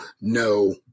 no